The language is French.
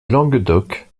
languedoc